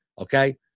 Okay